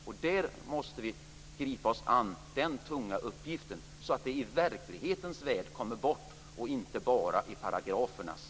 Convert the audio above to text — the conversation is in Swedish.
Vi måste gripa oss an den tunga uppgiften så att barnpornografin kommer bort i verklighetens värld och inte bara i paragrafernas.